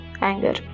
anger